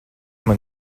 man